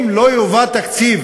אם לא יובא תקציב